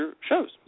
shows